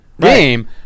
game